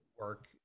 work